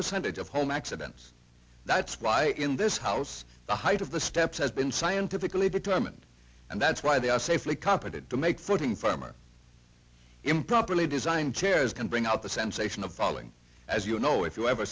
percentage of home accidents that's why in this house the height of the steps has been scientifically determined and that's why they are safely competent to make footing firmer improperly designed chairs can bring out the sensation of falling as you know if you ever